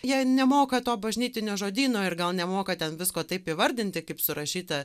jie nemoka to bažnytinio žodyno ir gal nemoka ten visko taip įvardinti kaip surašyta